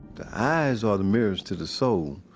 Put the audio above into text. the eyes are the mirrors to the soul.